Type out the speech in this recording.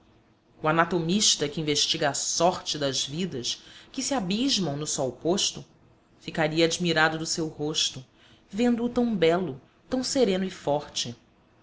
o anatomista que investiga a sorte das vidas que se abismam no sol posto ficaria admirado do seu rosto vendo-o tão belo tão sereno e forte